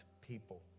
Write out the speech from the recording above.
people